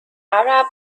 arab